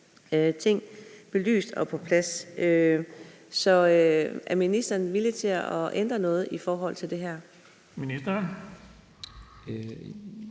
ting belyst og på plads. Så er ministeren villig til at ændre noget i forhold til det her? Kl.